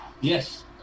Yes